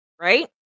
right